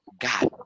God